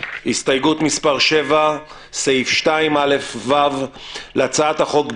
הסתייגות מס' 7. בסעיף 2א(ו) להצעת החוק,